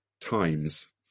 times